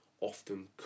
often